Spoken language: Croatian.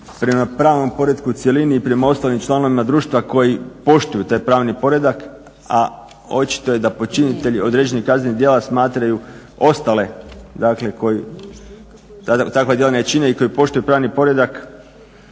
prama pravnom poretku u cjelini i prema ostalim članovima društva koji poštuju taj pravni poredak a očito je da počinitelj određenih kaznenih djela smatraju ostale, dakle koji takva djela ne čine i koji poštuju pravni poredak